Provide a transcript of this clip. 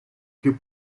più